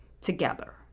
together